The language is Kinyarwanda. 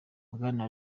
bwana